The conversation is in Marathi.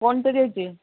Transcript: कोणतं घ्यायचं आहे